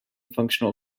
functional